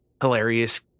hilarious